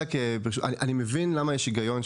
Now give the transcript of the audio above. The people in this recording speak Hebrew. אני מבין למה יש היגיון.